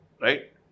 Right